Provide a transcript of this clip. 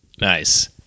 Nice